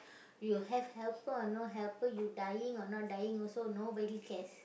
you have helper or no helper you dying or not dying also nobody cares